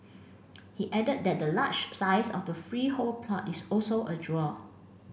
he added that the large size of the freehold plot is also a draw